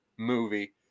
Movie